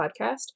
podcast